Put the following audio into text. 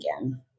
again